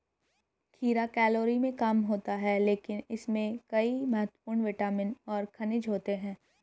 खीरा कैलोरी में कम होता है लेकिन इसमें कई महत्वपूर्ण विटामिन और खनिज होते हैं